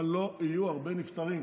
אבל שלא יהיו הרבה נפטרים,